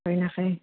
হয় নাখায়